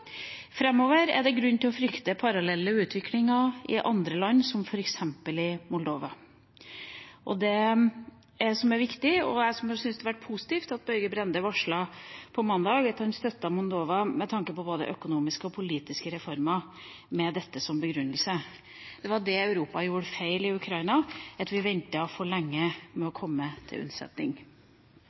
er det grunn til å frykte parallell utvikling i andre land, som f.eks. i Moldova. Det som er viktig, og som jeg syns var positivt at Børge Brende varslet på mandag, er at man støtter Moldova med tanke på både økonomiske og politiske reformer med dette som begrunnelse. Det var det Europa gjorde feil i Ukraina, vi ventet for lenge med å komme til unnsetning.